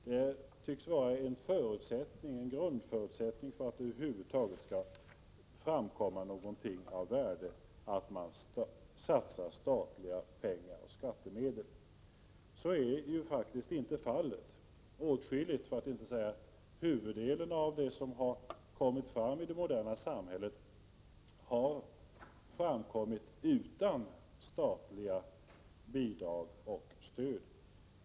För att över huvud taget någonting av värde skall kunna produceras tycks det vara en grundförutsättning att statliga pengar och skattemedel satsas, men så är det faktiskt inte. Åtskilligt, för att inte säga huvuddelen, av det som produceras i det moderna samhället har framkommit utan statliga bidrag och stöd.